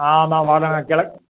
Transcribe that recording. ஆமாம் வடக்கு கிலக்கு